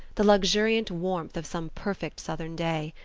the luxuriant warmth of some perfect southern day.